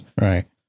Right